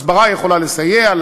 הסברה יכולה לסייע,